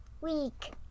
week